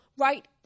right